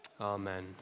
Amen